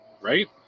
Right